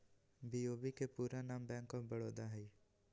BOB के पूरे नाम बैंक ऑफ बड़ौदा हइ